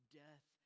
death